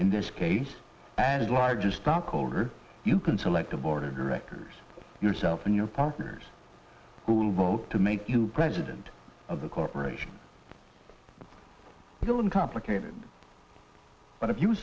in this case and largest stockholder you can select the board of directors yourself and your partners who will vote to make you president of the corporation will uncomplicated but if you